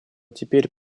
теперь